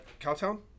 Cowtown